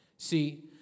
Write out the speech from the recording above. See